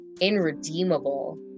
irredeemable